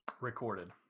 recorded